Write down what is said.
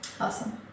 awesome